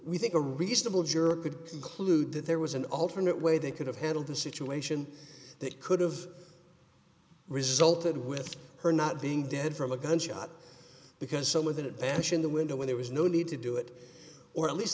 we think a reasonable juror could conclude that there was an alternate way they could have handled the situation that could've resulted with her not being dead from a gunshot because some of it bashing the window when there was no need to do it or at least